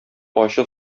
ачы